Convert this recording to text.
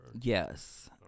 Yes